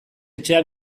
etxea